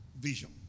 Vision